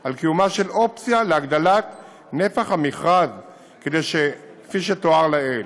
על קיומה של אופציה להגדלת נפח המכרז כפי שתואר לעיל.